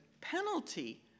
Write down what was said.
penalty